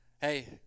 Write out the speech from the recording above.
Hey